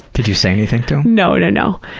did you say anything to him? no, no, no.